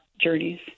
journeys